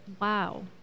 Wow